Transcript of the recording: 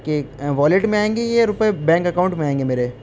کہ والیٹ میں آئیں گے یہ روپئے بینک اکاؤنٹ میں آئیں گے میرے